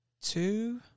two